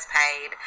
paid